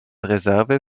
reserve